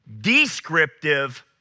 descriptive